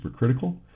supercritical